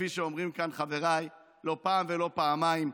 כפי שאומרים כאן חבריי לא פעם ולא פעמיים,